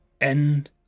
End